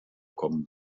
kommen